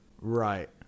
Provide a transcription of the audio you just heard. right